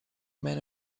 men